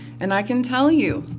and i can tell you,